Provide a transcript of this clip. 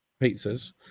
pizzas